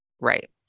Right